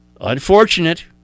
Unfortunate